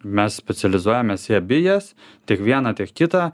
mes specializuojamės į abi jas tiek vieną tiek kitą